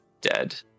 dead